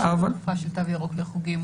יש חלופה של תו ירוק לחוגים.